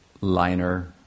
liner